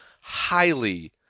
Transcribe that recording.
highly –